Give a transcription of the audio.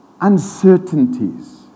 uncertainties